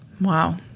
Wow